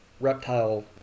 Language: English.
reptile